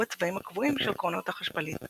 הצבעים הקבועים של קרונות החשמלית,